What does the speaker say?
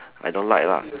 I don't like lah